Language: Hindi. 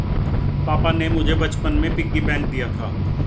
पापा ने मुझे बचपन में पिग्गी बैंक दिया था